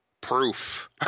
proof